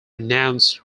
renounced